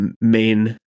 main